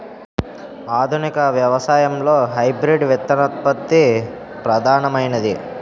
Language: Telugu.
ఆధునిక వ్యవసాయంలో హైబ్రిడ్ విత్తనోత్పత్తి ప్రధానమైనది